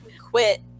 Quit